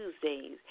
Tuesdays